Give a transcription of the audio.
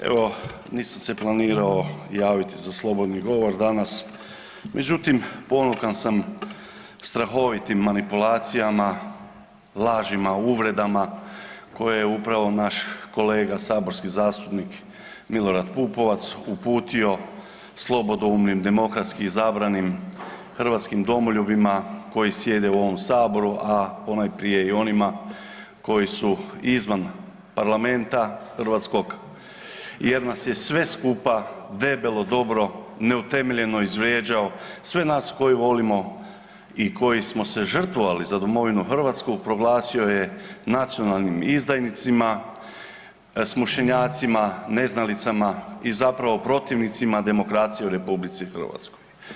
Evo, nisam se planirao javiti za slobodni govor danas, međutim ponukan sam strahovitim manipulacijama, lažima, uvredama koje je upravo naš kolega saborski zastupnik Milorad Pupovac uputio slobodnoumnim demokratski izabranim hrvatskim domoljubima koji sjede u ovom saboru, a ponajprije i onima koji su izvan parlamenta hrvatskog jer nas je sve skupa debelo, dobro, neutemeljeno izvrijeđao, sve nas koji volimo i koji smo se žrtvovali za domovinu Hrvatsku proglasio je nacionalnim izdajnicima, smušenjacima, neznalicama i zapravo protivnicima demokracije u RH.